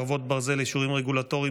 חרבות ברזל) (אישורים רגולטוריים,